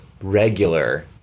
regular